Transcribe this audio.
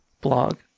Blog